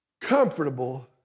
comfortable